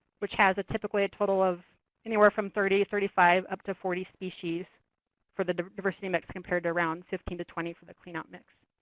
which has typically a total of anywhere from thirty, thirty five, up to forty species for the diversity mix, compared to around fifteen to twenty for the cleanout mix.